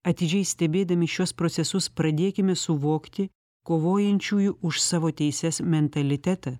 atidžiai stebėdami šiuos procesus pradėkime suvokti kovojančiųjų už savo teises mentalitetą